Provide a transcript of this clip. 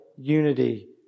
unity